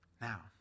Now